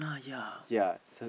yeah